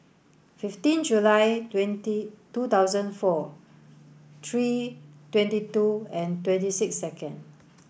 fifteen July two thousand four three twenty two and twenty six second